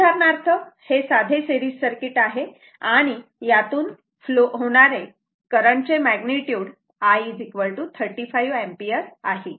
उदाहरणार्थ हे साधे सीरीज सर्किट आहे आणि यातून होणारे करंटचे मॅग्निट्युड I 35 एम्पिअर आहे